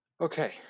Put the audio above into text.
Okay